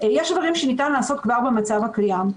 יש דברים שניתן לעשות כבר במצב הקיים.